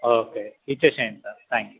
okay ఇయ్యండి sir thanks